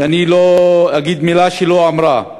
שלא אגיד מילה שלא אמרה,